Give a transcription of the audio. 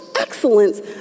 excellence